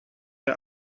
der